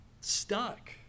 stuck